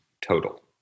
total